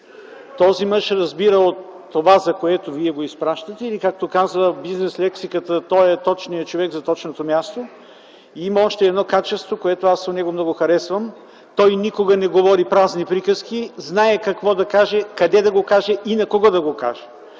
Този мъж разбира от това, за което вие го изпращате, или, както казва бизнес лексиката, той е точният човек за точното място. Има още едно качество в него, което аз много харесвам – той никога не говори празни приказки, знае какво да каже, къде да го каже и на кого да го каже.